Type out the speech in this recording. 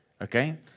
Okay